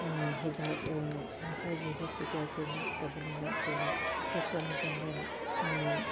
ꯍꯤꯗꯥꯛ ꯉꯁꯥꯏꯒꯤ ꯍꯣꯁꯄꯤꯇꯦꯜꯁꯦ ꯅꯛꯇꯕꯅꯤꯅ ꯑꯩꯈꯣꯏꯅ ꯆꯠꯄ ꯃꯇꯝꯗ